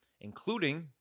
including